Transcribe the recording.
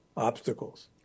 obstacles